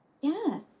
yes